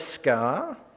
scar